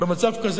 במצב כזה,